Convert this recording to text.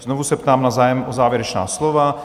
Znovu se ptám na zájem o závěrečná slova.